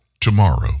tomorrow